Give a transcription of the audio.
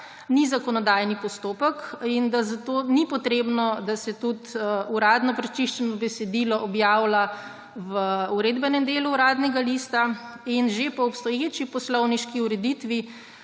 ni zakonodajni postopek in da zato ni potrebno, da se tudi uradno prečiščeno besedilo objavlja v Uredbenem delu Uradnega lista, in že po obstoječi poslovniški ureditvi